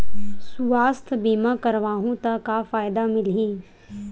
सुवास्थ बीमा करवाहू त का फ़ायदा मिलही?